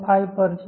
5 પર છે